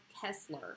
Kessler